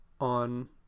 on